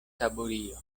taburio